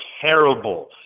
terrible